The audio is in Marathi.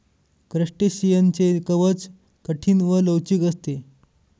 क्रस्टेशियनचे कवच कठीण व लवचिक असते